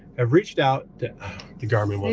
i've reached out the the garmin like